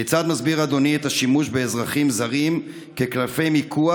כיצד מסביר אדוני את השימוש באזרחים זרים כקלפי מיקוח,